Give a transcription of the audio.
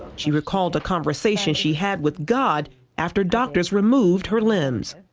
she recalls a conversation she had with god after doctors removed her limbs.